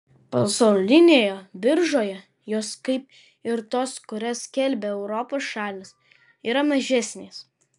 pasaulinėje biržoje jos kaip ir tos kurias skelbia europos šalys yra mažesnės